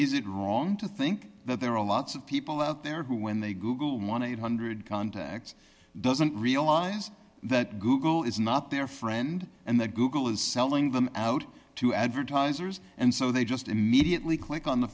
is it wrong to think that there are lots of people out there who when they google want to eight hundred contacts doesn't realize that google is not their friend and that google is selling them out to advertisers and so they just immediately click on the